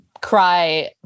cry